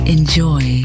Enjoy